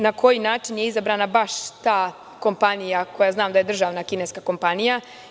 Na koji način je izabrana baš ta kompanija koja znam da je državna kineska kompanija.